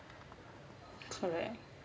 correct